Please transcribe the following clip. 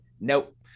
Nope